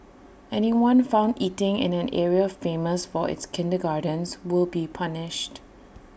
anyone found eating in an area famous for its kindergartens will be punished